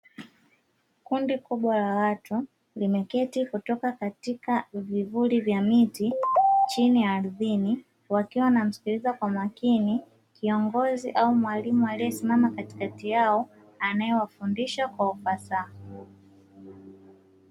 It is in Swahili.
Kundi kubwa la watu limeketi kutoka katika vivuli vya miti chini ardhini, wakiwa wanamsikiliza kwa makini kiongozi au mwalimu aliyesimama katikati yao anayewafundisha kwa ufasaha.